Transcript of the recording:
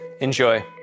Enjoy